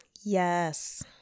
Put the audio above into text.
Yes